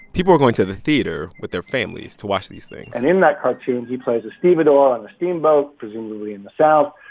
people were going to the theater with their families to watch these things and in that cartoon, he plays a stevedore on a steamboat, presumably in the south.